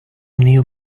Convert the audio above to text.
new